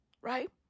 Right